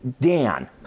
Dan